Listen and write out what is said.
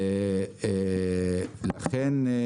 כן.